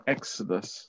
Exodus